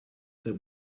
that